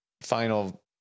final